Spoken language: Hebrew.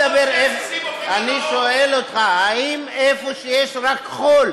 אני שואל אותך אם במקום שיש רק חול,